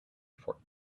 for